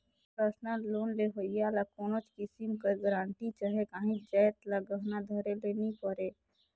personal loan लेहोइया ल कोनोच किसिम कर गरंटी चहे काहींच जाएत ल गहना धरे ले नी परे